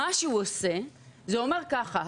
מה שהוא עושה הוא אומר ככה,